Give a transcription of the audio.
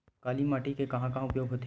काली माटी के कहां कहा उपयोग होथे?